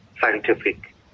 scientific